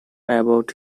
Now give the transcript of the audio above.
about